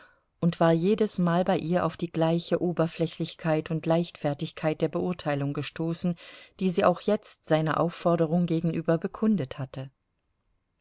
und war jedesmal bei ihr auf die gleiche oberflächlichkeit und leichtfertigkeit der beurteilung gestoßen die sie auch jetzt seiner aufforderung gegenüber bekundet hatte